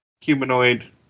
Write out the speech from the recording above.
humanoid